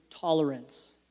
Tolerance